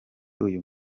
uyu